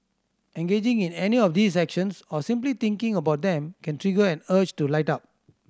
engaging in any of these actions or simply thinking about them can trigger an urge to light up